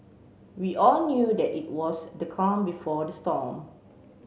we all knew that it was the calm before the storm